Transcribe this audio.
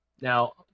Now